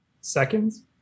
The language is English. Seconds